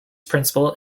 principle